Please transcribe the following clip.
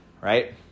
right